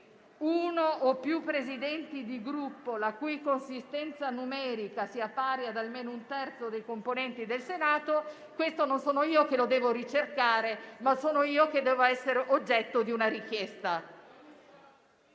uno o più Presidenti di Gruppo, la cui consistenza numerica sia pari ad almeno un terzo dei componenti del Senato, questo non sono io che lo devo ricercare, ma, piuttosto, sono io che devo essere oggetto di una richiesta.